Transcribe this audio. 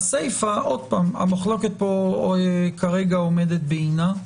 הסיפא המחלוקת פה כרגע עומדת בעינה.